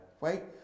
right